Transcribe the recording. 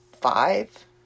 five